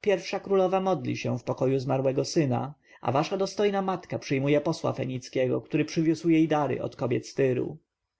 pierwsza królowa modli się w pokoju zmarłego syna a wasza dostojna matka przyjmuje posła fenickiego który przywiózł jej dary od kobiet z tyru